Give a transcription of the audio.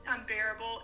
Unbearable